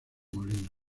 molinos